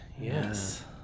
Yes